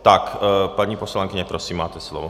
Tak paní poslankyně, prosím, máte slovo.